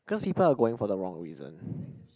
cause people are going for the wrong reason